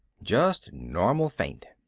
just normal faint.